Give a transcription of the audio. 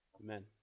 Amen